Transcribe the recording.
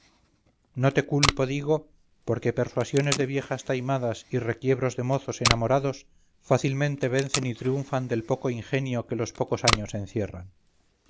no te culpo digo porque persuasiones de viejas taimadas y requiebros de mozos enamorados fácilmente vencen y triunfan del poco ingenio que los pocos años encierran